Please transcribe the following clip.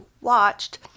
watched